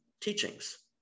teachings